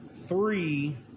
three